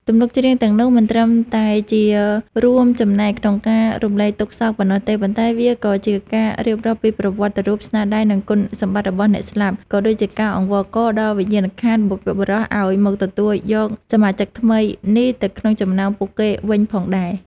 ទំនុកច្រៀងទាំងនោះមិនត្រឹមតែជារួមចំណែកក្នុងការរំលែកទុក្ខសោកប៉ុណ្ណោះទេ ប៉ុន្តែវាក៏ជាការរៀបរាប់ពីប្រវត្តិរូប ស្នាដៃ និងគុណសម្បត្តិរបស់អ្នកស្លាប់ ក៏ដូចជាការអង្វរករដល់វិញ្ញាណក្ខន្ធបុព្វបុរសឱ្យមកទទួលយកសមាជិកថ្មីនេះទៅក្នុងចំណោមពួកគេវិញផងដែរ។